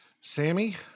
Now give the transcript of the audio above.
sammy